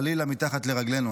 חלילה, מתחת לרגלינו.